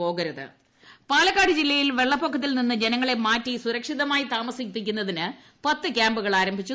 ടടടടടടടടടടടട Malampuzha dam Palakkad ജില്ലയിൽ വെളളപ്പൊക്കത്തിൽ നിന്ന് ജനങ്ങളെ മാറ്റി സുരക്ഷിതമായി താമസിപ്പിക്കുന്നതിന് പത്ത് കൃാമ്പുകൾ ആരംഭിച്ചു